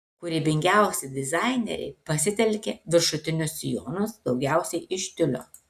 kūrybingiausi dizaineriai pasitelkė viršutinius sijonus daugiausiai iš tiulio